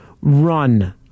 run